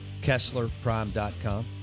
KesslerPrime.com